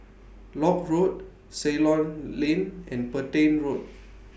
Lock Road Ceylon Lane and Petain Road